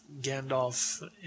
Gandalf